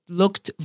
looked